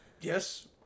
Yes